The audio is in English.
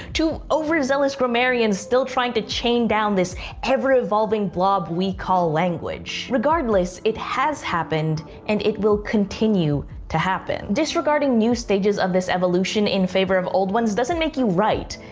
to overzealous grammarians, still trying to chain down this ever evolving blob we call language regardless, it has happened and it will continue to happen. disregarding new stages of this evolution in favor of old ones doesn't make you right.